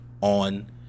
on